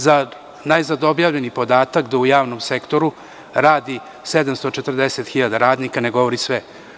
Za najzad objavljeni podatak da u javnom sektoru radi 740.000 radnika ne govori sve.